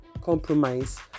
compromise